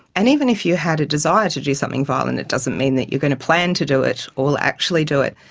and even if you had a desire to do something violent, it doesn't mean that you are going to plan to do it or will actually do it.